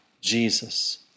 Jesus